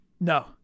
No